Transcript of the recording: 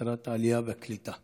שרת הקליטה